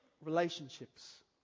Relationships